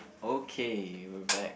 okay we're back